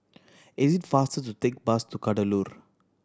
it is faster to take bus to Kadaloor